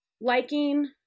liking